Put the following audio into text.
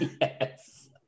Yes